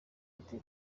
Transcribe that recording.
ati